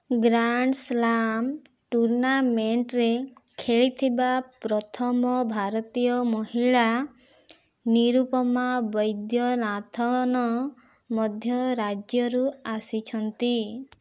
grand slam ଟୁର୍ଣ୍ଣାମେଣ୍ଟରେ ଖେଳିଥିବା ପ୍ରଥମ ଭାରତୀୟ ମହିଳା ନିରୁପମା ବୈଦ୍ୟନାଥନ ମଧ୍ୟ ରାଜ୍ୟରୁ ଆସିଛନ୍ତି